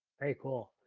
very cool,